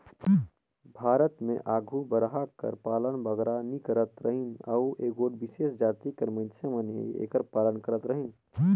भारत में आघु बरहा कर पालन बगरा नी करत रहिन अउ एगोट बिसेस जाति कर मइनसे मन ही एकर पालन करत रहिन